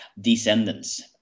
descendants